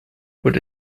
would